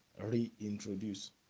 reintroduce